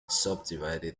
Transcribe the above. subdivided